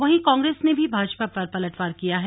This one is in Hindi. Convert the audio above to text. वहीं कांग्रेस ने भी भाजपा पर पलटवार किया है